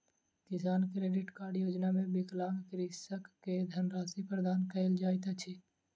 किसान credit card योजना मे विकलांग कृषक के धनराशि प्रदान कयल जाइत अछि